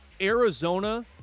Arizona